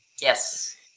Yes